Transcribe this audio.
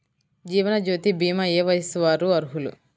జీవనజ్యోతి భీమా ఏ వయస్సు వారు అర్హులు?